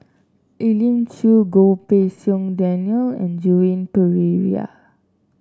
Elim Chew Goh Pei Siong Daniel and Joan Pereira